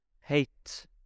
hate